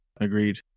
Agreed